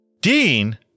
Dean